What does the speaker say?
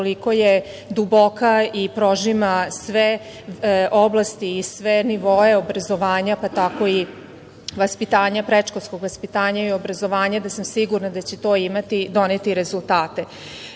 toliko je duboka i prožima sve oblasti i sve nivoe obrazovanja, pa tako i vaspitanja, predškolskog vaspitanja i obrazovanja, da sam sigurna da će to doneti rezultate. Volela